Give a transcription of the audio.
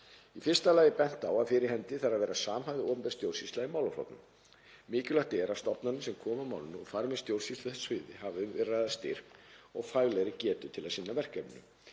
Í fyrsta lagi er bent á að fyrir hendi þarf að vera samhæfð opinber stjórnsýsla í málaflokknum. Mikilvægt er að stofnanir sem koma að málinu og fara með stjórnsýslu á þessu sviði hafi styrk og faglega getu til að sinna verkefninu.